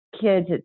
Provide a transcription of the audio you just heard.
kids